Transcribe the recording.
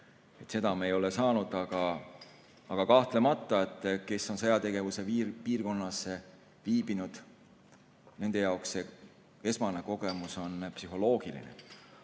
Seda me ei ole saanud. Aga kahtlemata, kes sõjategevuse piirkonnas on viibinud, nende jaoks esmane kogemus on psühholoogiline. Aga